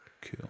Cool